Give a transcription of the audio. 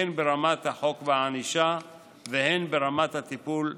הן ברמת החוק והענישה והן ברמת הטיפול והמניעה.